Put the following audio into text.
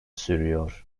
sürüyor